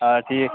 آ ٹھیٖک